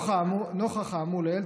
נוכח האמור לעיל,